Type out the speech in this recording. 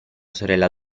sorella